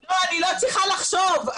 לא, אני לא צריכה לחשוב.